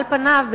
על פניו,